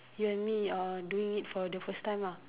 you and me are doing it for the first time lah